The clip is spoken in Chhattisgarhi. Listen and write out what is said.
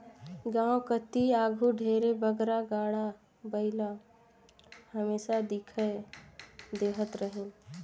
गाँव कती आघु ढेरे बगरा गाड़ा बइला हमेसा दिखई देहत रहिन